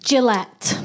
Gillette